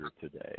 today